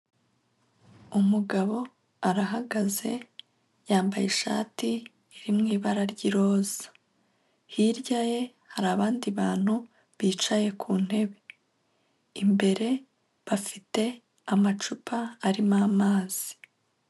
Umugabo arahagaze yambaye ishati irimo ibara ry'iroza. Hirya ye hari abandi bantu bicaye ku ntebe. Imbere bafite amacupa arimo amazi.